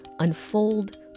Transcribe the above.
unfold